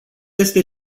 este